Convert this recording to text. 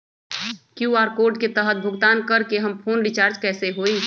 QR code के तहद भुगतान करके हम फोन रिचार्ज कैसे होई?